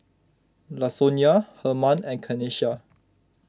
Lasonya Hermann and Kanesha